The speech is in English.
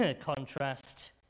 contrast